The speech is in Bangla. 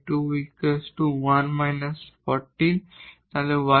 সুতরাং y2 1−14